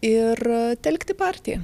ir telkti partiją